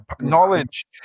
Knowledge